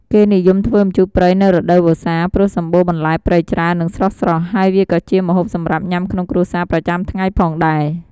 គេនិយមធ្វើម្ជូរព្រៃនៅរដូវវស្សា ព្រោះសម្បូរបន្លែព្រៃច្រើន និងស្រស់ៗ ហើយវាក៏ជាម្ហូបសម្រាប់ញ៉ាំក្នុងគ្រួសារប្រចាំថ្ងៃផងដែរ។